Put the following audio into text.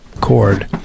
cord